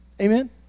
amen